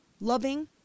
Loving